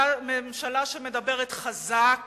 ממשלה שמדברת חזק